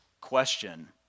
question